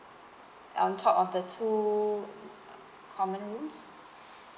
on top of the two uh common rooms